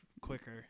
quicker